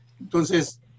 Entonces